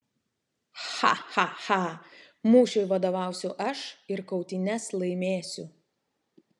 cha cha cha mūšiui vadovausiu aš ir kautynes laimėsiu